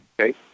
Okay